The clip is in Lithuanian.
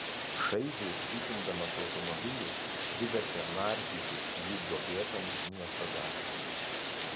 šaižiai cypindamas automobilį privertė nardyti jį duobėtomis miesto gatvėmis